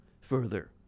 Further